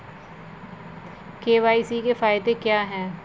KYC के फायदे क्या है?